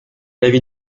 l’avis